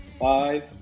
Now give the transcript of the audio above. Five